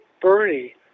Bernie